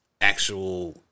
actual